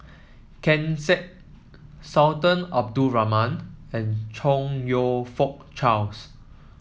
Ken Seet Sultan Abdul Rahman and Chong You Fook Charles